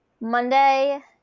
Monday